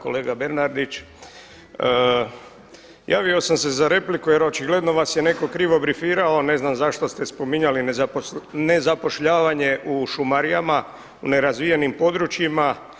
Kolega Bernardić, javio sam se za repliku jer očigledno vas je netko krivo brifirao, ne znam zašto ste spominjali nezapošljavanje u šumarijama u nerazvijenim područjima.